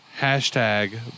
Hashtag